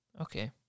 Okay